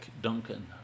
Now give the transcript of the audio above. Duncan